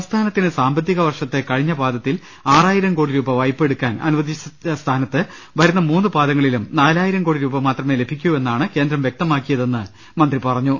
സംസ്ഥാനത്തിന് സാമ്പത്തിക വർഷത്തെ കഴിഞ്ഞ് പാദത്തിൽ ആറായിരം കോടി രൂപ വായ്പയെടുക്കാൻ അനുവ ദിച്ച സ്ഥാനത്ത് വരുന്ന മൂന്ന് പാദങ്ങളിലും നാലായിരം കോടി രൂപ മാത്രമേ ലഭിക്കൂവെന്നാണ് കേന്ദ്രം വൃക്തമാക്കിയതെന്ന് മന്ത്രി പറഞ്ഞു